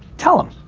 tell them.